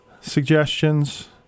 suggestions